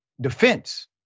defense